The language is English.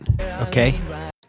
Okay